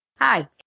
Hi